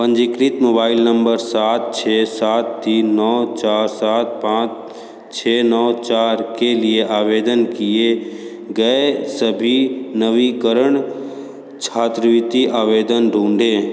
पंजीकृत mobile number सात छः सात तीन नौ चार सात पाँच छः नौ चार के लिए आवेदन किए गए सभी नवीकरण छात्रवृत्ति आवेदन ढूँढें